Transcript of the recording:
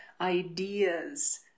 ideas